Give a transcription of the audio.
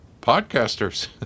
podcasters